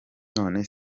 none